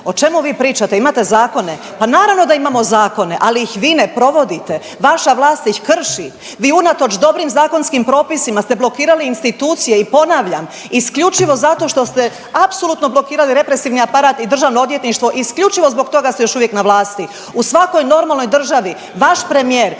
O čemu vi pričate? Imate zakone. Pa naravno da imamo zakone, ali ih vi ne provodite, vaša vlast ih krši, vi unatoč dobrim zakonskim propisima ste blokirali institucije i ponavljam, isključivo zato što ste apsolutno blokirali represivni aparat i Državno odvjetništvo, isključivo zbog toga ste još uvijek na vlasti. U svakoj normalnoj državi vaš premijer